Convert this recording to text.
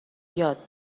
یاد